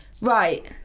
Right